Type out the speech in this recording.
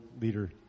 leader